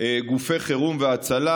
גופי חירום והצלה: